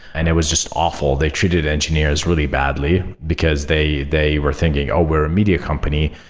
and it was just awful. they treated engineers really badly, because they they were thinking, oh, we're a media company.